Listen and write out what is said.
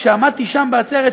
כשעמדתי שם בעצרת,